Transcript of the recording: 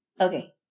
Okay